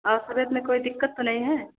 में कोई दिक़्क़त तो नहीं है